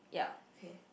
yeap